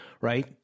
right